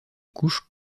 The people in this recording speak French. couches